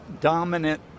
dominant